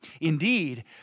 Indeed